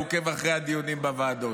הוא עוקב אחרי הדיונים בוועדות.